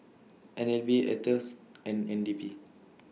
N L B Aetos and N D P